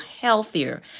healthier